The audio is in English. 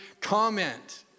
comment